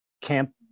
camp